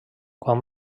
quan